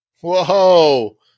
Whoa